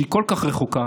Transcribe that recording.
שהיא כל כך רחוקה,